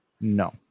No